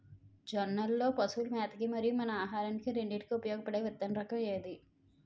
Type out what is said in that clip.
జొన్నలు లో పశువుల మేత కి మరియు మన ఆహారానికి రెండింటికి ఉపయోగపడే విత్తన రకం ఏది?